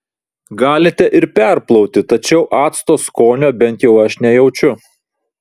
galite ir perplauti tačiau acto skonio bent jau aš nejaučiu